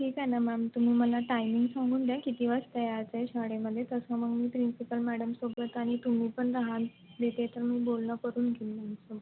ठीक आहे ना मॅम तुम्ही मला टाइमिंग सांगून द्या किती वाजता यायचं आहे शाळेमध्ये तसं मग मी प्रिन्सिपल मॅडम सोबत आणि तुम्ही पण राहाल मी बोलणं करून घेऊ मग हो